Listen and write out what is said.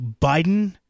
Biden